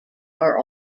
are